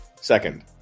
second